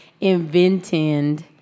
invented